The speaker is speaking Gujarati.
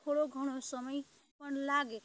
થોડો ઘણો સમય પણ લાગે